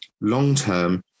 long-term